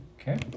Okay